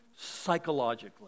psychologically